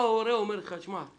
ההורה בא ואומר לך: שמע,